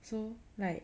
so like